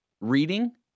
Reading